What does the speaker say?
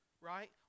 right